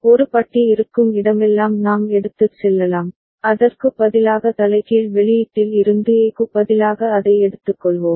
ஒரு பட்டி இருக்கும் இடமெல்லாம் நாம் எடுத்துச் செல்லலாம் அதற்கு பதிலாக தலைகீழ் வெளியீட்டில் இருந்து A க்கு பதிலாக அதை எடுத்துக்கொள்வோம்